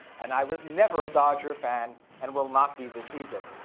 and i was never a dodger fan and will not be this evening.